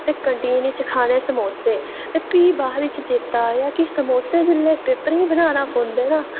ते कैंटीन च समोसे ते भी बाद च चेता आया कि समोसे जेल्लै बाद च बनाना पौंदे ना